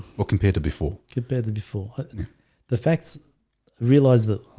what compared to before get better before the facts realized that